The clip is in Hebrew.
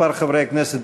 כמה חברי כנסת